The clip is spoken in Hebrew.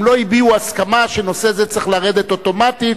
הם לא הביעו הסכמה שנושא זה צריך לרדת אוטומטית,